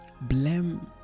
blame